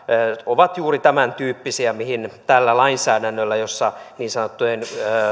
ovat juuri tämäntyyppisiä mihin pyritään tällä lainsäädännöllä jossa niin sanottujen